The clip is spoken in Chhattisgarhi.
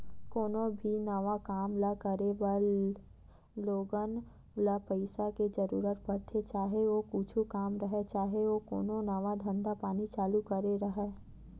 कोनो भी नवा काम ल करे बर लोगन ल पइसा के जरुरत पड़थे, चाहे ओ कुछु काम राहय, चाहे ओ कोनो नवा धंधा पानी चालू करे के राहय